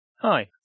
Hi